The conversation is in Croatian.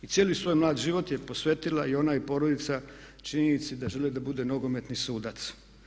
I cijeli svoj mlad život je posvetila i onda i porodica činjenici da želi da bude nogometni sudac.